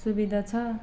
सुविधा छ